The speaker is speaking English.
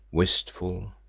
wistful,